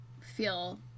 feel